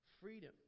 freedom